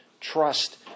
trust